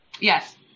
Yes